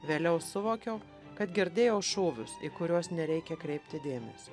vėliau suvokiau kad girdėjau šūvius į kuriuos nereikia kreipti dėmesio